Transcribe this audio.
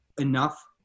enough